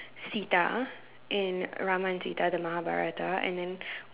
Sita in Ramansita the Mahabharata and then